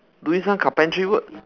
doing some carpentry work